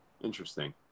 Interesting